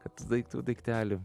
kad tų daiktų daiktelių